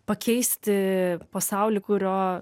pakeisti pasaulį kurio